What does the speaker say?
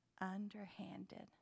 underhanded